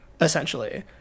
essentially